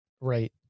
Right